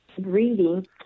reading